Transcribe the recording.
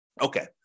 Okay